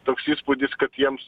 toks įspūdis kad jiems